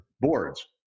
boards